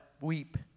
weep